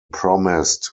promised